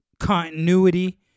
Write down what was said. continuity